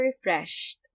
refreshed